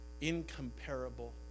incomparable